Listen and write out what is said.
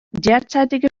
derzeitige